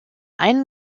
einen